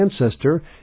ancestor